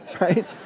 right